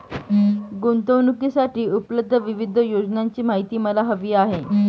गुंतवणूकीसाठी उपलब्ध विविध योजनांची माहिती मला हवी आहे